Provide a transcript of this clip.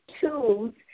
tools